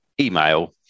email